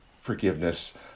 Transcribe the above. forgiveness